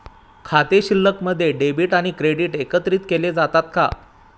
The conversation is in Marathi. खाते शिल्लकमध्ये डेबिट आणि क्रेडिट एकत्रित केले जातात का?